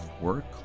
work